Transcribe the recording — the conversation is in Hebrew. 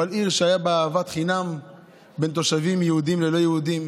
אבל עיר שהייתה בה אהבת חינם בין תושבים יהודים ללא יהודים,